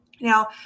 Now